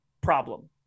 problem